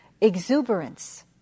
exuberance